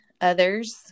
others